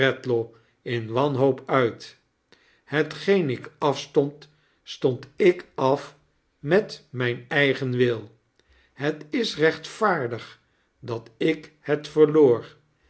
in wanhoop uit hetgeen ik afstond stond ik af met mijn eigen wil het is rechtvaardig dat ik het